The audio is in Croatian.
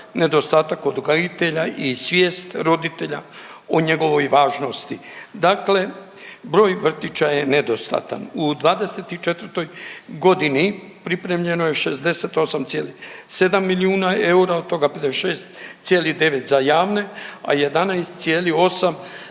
nedostatak odgojitelja i svijest roditelja o njegovoj važnosti. Dakle, broj vrtića je nedostatan. U '24. godini pripremljeno je 68,7 milijuna eura od toga 56,9 za javne, a 11,8